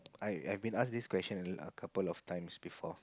I I been asked this question a couple of times before